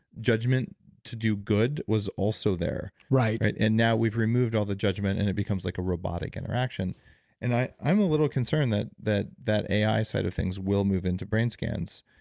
judgment to do good was also there right and now we've removed all the judgment and it becomes like a robotic interaction and i'm a little concerned that that that ai side of things will move into brain scans.